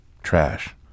trash